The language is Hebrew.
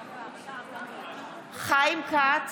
בעד חיים כץ,